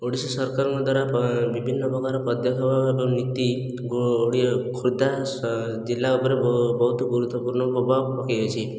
ଓଡ଼ିଶା ସରକାରଙ୍କ ଦ୍ୱାରା ବିଭିନ୍ନ ପ୍ରକାର ପଦକ୍ଷେପ ଏବଂ ନୀତି ଖୋର୍ଦ୍ଧା ଜିଲ୍ଲା ଉପରେ ବହୁତ ଗୁରୁତ୍ୱପୁର୍ଣ୍ଣ ପ୍ରଭାବ ପକାଇଅଛି